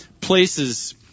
places